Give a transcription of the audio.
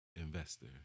investor